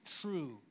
true